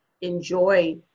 enjoy